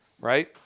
Right